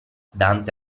dante